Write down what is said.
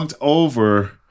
over